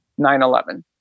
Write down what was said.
9-11